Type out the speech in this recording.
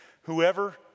whoever